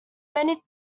many